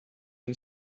and